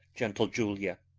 gentle julia.